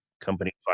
company